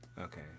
Okay